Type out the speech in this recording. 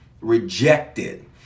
rejected